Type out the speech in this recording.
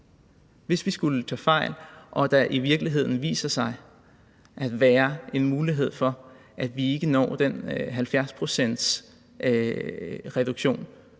hvis vi skulle tage fejl og der i virkeligheden viser sig at være en mulighed for, at vi ikke når den 70-procentsreduktion,